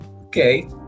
Okay